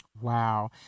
Wow